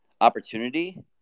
opportunity